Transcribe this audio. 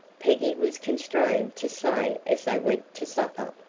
peggy was constrained to say as they went to supper.